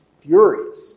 furious